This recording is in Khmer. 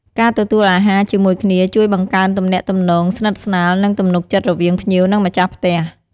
ការទទួលអាហារជាមួយគ្នាជួយបង្កើនទំនាក់ទំនងស្និតស្នាល និងទំនុកចិត្តរវាងភ្ញៀវ និង ម្ចាស់ផ្ទះ។